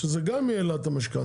שזה גם העלה את המשכנתה.